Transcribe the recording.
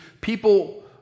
people